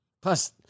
Plus